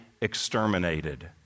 exterminated